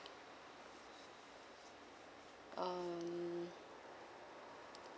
um